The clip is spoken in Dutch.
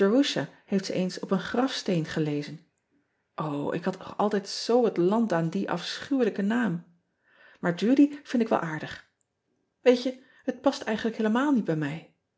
heeft ze eens op een grafsteen gelezen ik had toch altijd zoo het land aan dien afschuwelijken naam aar udy vind ik wel aardig eet je het past eigenlijk heelemaal niet bij bij mij